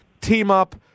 team-up